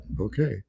okay